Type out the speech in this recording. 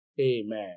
Amen